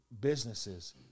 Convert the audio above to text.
businesses